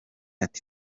ati